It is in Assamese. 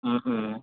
অঁ অঁ